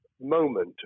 moment